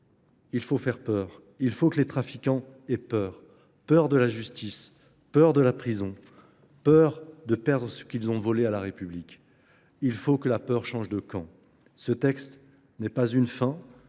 Il faut faire peur. Il faut que les trafiquants aient peur. Peur de la justice, peur de la prison, peur de perdre ce qu'ils ont volé à la République. Il faut que la peur change de camp. Ce texte n'est pas une fin,